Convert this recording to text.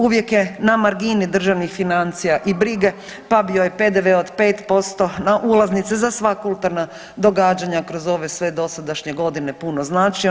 Uvijek je na margini državnih financija i brige pa bi joj PDV od 5% na ulaznice za sve kulturna događanja kroz ove sve dosadašnje godine puno značio.